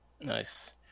nice